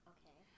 Okay